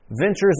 ventures